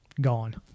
gone